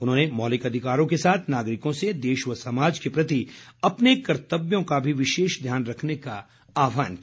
उन्होंने मौलिक अधिकारों के साथ नागरिकों से देश व समाज के प्रति अपने कर्तव्यों का भी विशेष ध्यान रखने का आह्वान किया